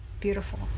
beautiful